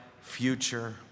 future